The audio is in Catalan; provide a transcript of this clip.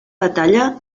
batalla